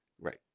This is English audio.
Right